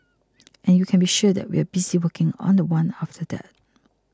and you can be sure that we are busy working on the one after that